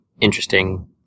interesting